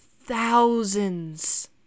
thousands